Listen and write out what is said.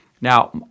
Now